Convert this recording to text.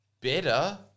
better